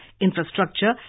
Infrastructure